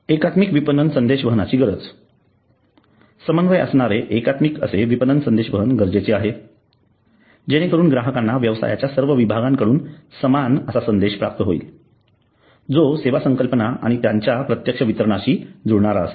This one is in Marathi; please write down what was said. एकात्मिक विपणन संदेश वहनाची गरज समन्वय असणारे एकात्मिक असे विपणन संदेशवहन गरजेचे आहे जेणेकरून ग्राहकांना व्यवसायाच्या सर्व विभागांकडून समान संदेश प्राप्त होईल जो सेवा संकल्पना आणि त्यांच्या प्रत्यक्ष वितरणाशी जुळणारा असेल